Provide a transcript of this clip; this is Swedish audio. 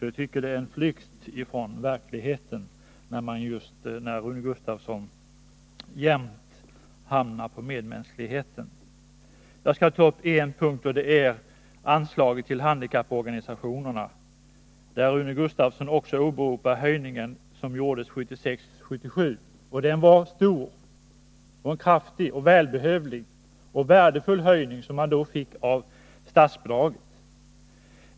Jag tycker att det är en flykt från verkligheten när Rune Gustavsson talar om medmänskligheten. Jag skall ta upp en punkt, nämligen anslaget till handikapporganisationerna. Där åberopar Rune Gustavsson också höjningen som gjordes 1976/77. Det var en kraftig och välbehövlig höjning av statsbidraget man då gjorde.